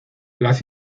las